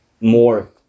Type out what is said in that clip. more